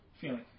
feeling